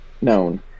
known